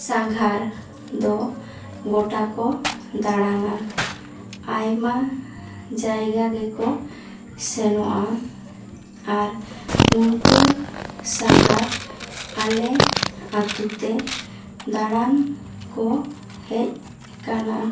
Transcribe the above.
ᱥᱟᱸᱜᱷᱟᱨ ᱫᱚ ᱜᱚᱴᱟ ᱠᱚ ᱫᱟᱲᱟᱱᱟ ᱟᱭᱢᱟ ᱡᱟᱭᱜᱟ ᱜᱮᱠᱚ ᱥᱮᱱᱚᱜᱼᱟ ᱟᱨ ᱩᱱᱠᱩ ᱥᱟᱸᱜᱷᱟᱨ ᱟᱯᱮ ᱟᱛᱳ ᱛᱮ ᱫᱟᱬᱟᱱ ᱠᱚ ᱦᱮᱡ ᱟᱠᱟᱱᱟ